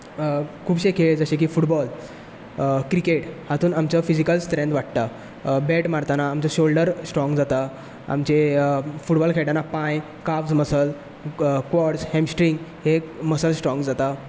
खुबशे खेळ जशें की फुटबॉल क्रिकेट हातूंत आमचो फिजिकल स्ट्रेंथ वाडटा बॅट मारतना आमचो शोल्डर स्ट्रोंग जाता आमचे फुटबॉल खेळटना पांय काफ मसल्स क्वॉड्स हॅमस्ट्रींग हे मसल्स स्ट्रोंग जाता